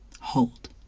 hold